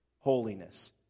Holiness